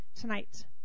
tonight